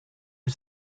you